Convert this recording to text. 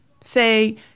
say